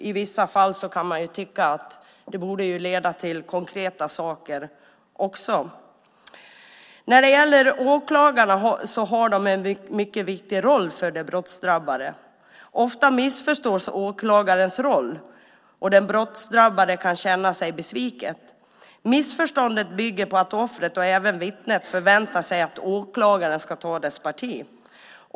I vissa fall kan det ju tyckas att det borde leda till konkreta saker också. Åklagarna har en mycket viktig roll för de brottsdrabbade. Ofta missförstås åklagarens roll, och den brottsdrabbade kan känna sig besviken. Missförståndet bygger på att offret och även vittnet förväntar sig att åklagaren ska ta deras parti.